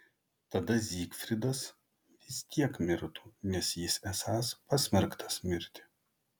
tada zygfridas vis tiek mirtų nes jis esąs pasmerktas mirti